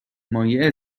مایع